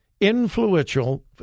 influential